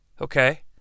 Okay